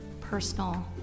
personal